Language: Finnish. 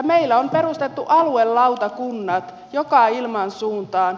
meillä on perustettu aluelautakunnat joka ilmansuuntaan